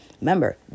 Remember